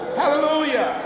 hallelujah